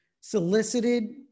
solicited